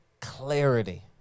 clarity